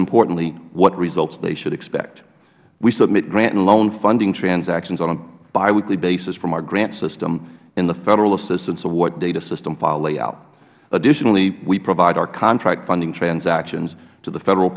importantly what results they should expect we submit grant and loan funding transactions on a bi weekly basis from our grant system in the federal assistance award data system file layout additionally we provide our contract funding transactions to the federal